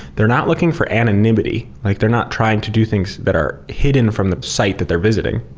they're not looking for anonymity. like they're not trying to do things that are hidden from the site that they're visiting.